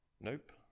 Nope